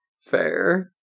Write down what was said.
Fair